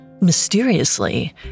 Mysteriously